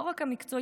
לא רק המקצועית,